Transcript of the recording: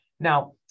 Now